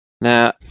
Now